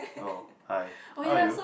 oh hi how are you